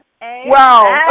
Wow